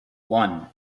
one